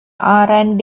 and